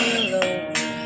alone